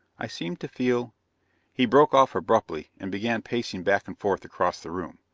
i seem to feel he broke off abruptly and began pacing back and forth across the room.